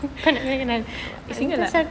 he single ah